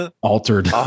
altered